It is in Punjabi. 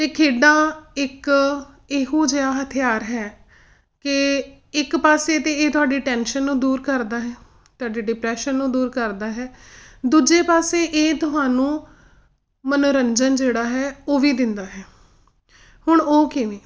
ਤਾਂ ਖੇਡਾਂ ਇੱਕ ਇਹੋ ਜਿਹਾ ਹਥਿਆਰ ਹੈ ਕਿ ਇੱਕ ਪਾਸੇ ਤਾਂ ਇਹ ਤੁਹਾਡੀ ਟੈਨਸ਼ਨ ਨੂੰ ਦੂਰ ਕਰਦਾ ਹੈ ਤੁਹਾਡੇ ਡਿਪ੍ਰੈਸ਼ਨ ਨੂੰ ਦੂਰ ਕਰਦਾ ਹੈ ਦੂਜੇ ਪਾਸੇ ਇਹ ਤੁਹਾਨੂੰ ਮਨੋਰੰਜਨ ਜਿਹੜਾ ਹੈ ਉਹ ਵੀ ਦਿੰਦਾ ਹੈ ਹੁਣ ਉਹ ਕਿਵੇਂ